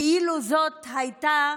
כאילו זאת הייתה